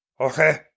Okay